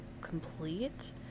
complete